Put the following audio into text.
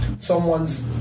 Someone's